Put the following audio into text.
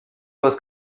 was